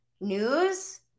news